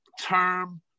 Term